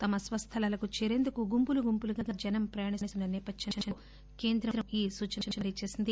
తమ స్వస్థలాలకు చేరేందుకు గుంపులు గుంపులుగా జనం ప్రయాణిస్తున్న నేపథ్యంలో కేంద్రం ఈ సూచన జారీచేసింది